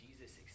Jesus